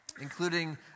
including